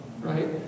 right